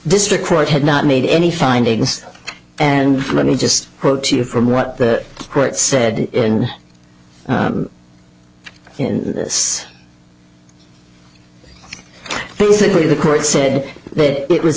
district court had not made any findings and let me just quote to you from what the court said in this basically the court said that it was